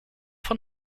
von